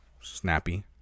snappy